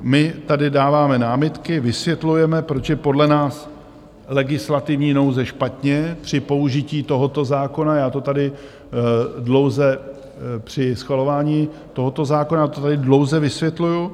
My tady dáváme námitky, vysvětlujeme, proč je podle nás legislativní nouze špatně při použití tohoto zákona, já to tady dlouze, při schvalování tohoto zákona to tady dlouze vysvětluji.